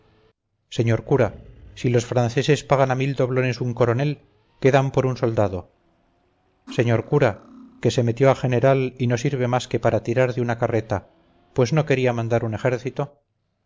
señor cura si los franceses pagan a mil doblones un coronel qué dan por un soldado señor cura que se metió a general y no sirve más que para tirar de una carreta pues no quería mandar un ejército